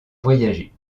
voyager